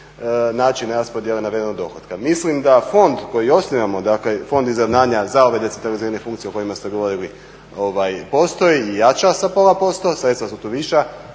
način raspodjele navedenog dohotka. Mislim da fond koji osnivamo, dakle fond … za ove decentralizirane funkcije o kojima ste govorili postoji i jača sa pola %, sredstva su tu viša,